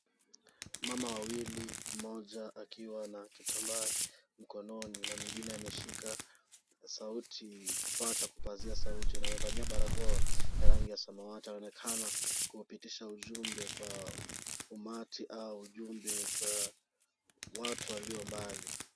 Mama wawili mmoja akiwa na kitambaa mkononi. Na mwingine ameshika sauti, kifaa cha kupazia sauti na amevalia barakoa ya rangi ya samawati, anaonekana kupitisha ujumbe kwa umati au ujumbe kwa watu walio mbali.